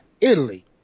Italy